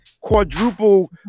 quadruple